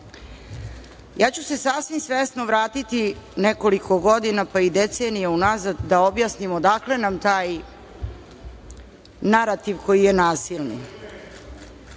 Ja ću se sasvim svesno vratiti nekoliko godina, pa i decenija unazad, da objasnim odakle nam taj narativ koji je nasilni. Možda